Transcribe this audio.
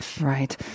Right